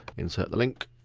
insert the link,